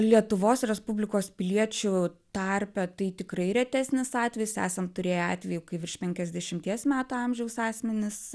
lietuvos respublikos piliečių tarpe tai tikrai retesnis atvejis esam turėję atvejų kai virš penkiasdešimties metų amžiaus asmenys